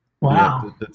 Wow